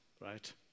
right